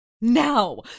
now